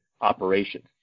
operations